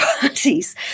parties